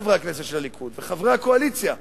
חברי הכנסת של הליכוד וחברי הקואליציה,